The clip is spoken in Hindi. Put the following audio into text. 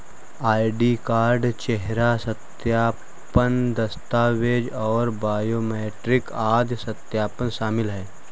आई.डी कार्ड, चेहरा सत्यापन, दस्तावेज़ और बायोमेट्रिक आदि सत्यापन शामिल हैं